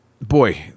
boy